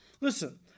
listen